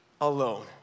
alone